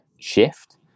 shift